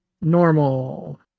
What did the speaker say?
Normal